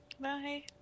Bye